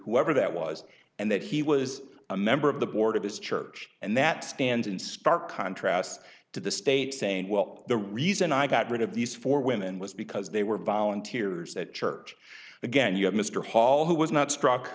whoever that was and that he was a member of the board of his church and that stands in stark contrast to the state saying well the reason i got rid of these four women was because they were volunteers at church again you have mr hall who was not struck